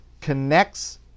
connects